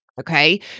Okay